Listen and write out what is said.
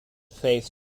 faith